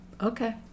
okay